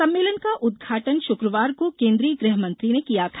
सम्मेलन का उद्घाटन शुक्रवार को केन्द्रीय गृह मंत्री ने किया था